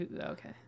Okay